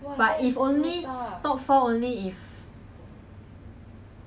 if let's say if let's say unis are the one hosting then top three